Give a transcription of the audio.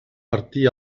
martí